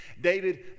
David